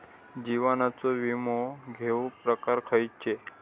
जीवनाचो विमो घेऊक प्रकार खैचे?